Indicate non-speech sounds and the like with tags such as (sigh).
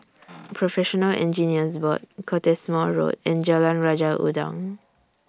(noise) Professional Engineers Board Cottesmore Road and Jalan Raja Udang